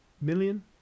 million